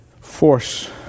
force